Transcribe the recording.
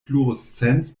fluoreszenz